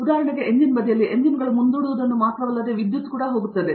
ಉದಾಹರಣೆಗೆ ಎಂಜಿನ್ ಬದಿಯಲ್ಲಿ ಎಂಜಿನ್ಗಳು ಮುಂದೂಡುವುದನ್ನು ಮಾತ್ರವಲ್ಲದೆ ವಿದ್ಯುತ್ ಕೂಡಾ ಹೋಗುತ್ತವೆ